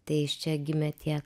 tai iš čia gimė tie